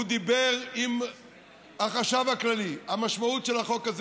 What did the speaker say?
והוא דיבר עם החשב הכללי: המשמעות של החוק הזה